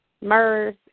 MERS